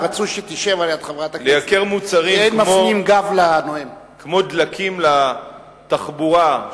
לייקר מוצרים כמו דלקים לתחבורה,